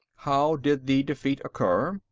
how did the defeat occur?